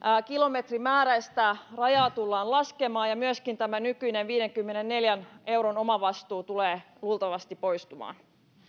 kilometrimääräistä rajaa tullaan laskemaan ja myöskin tämä nykyinen viidenkymmenenneljän euron omavastuu tulee luultavasti poistumaan